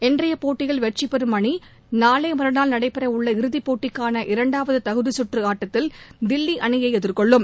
இன்றைய போட்டியில் வெற்றி பெறும் அணி நாளை மறுநாள் நடைபெற உள்ள இறுதி போட்டிக்கான இரண்டாவது தகுதி சுற்று ஆட்டத்தில் தில்லி அணியை எதிர்கொள்ளும்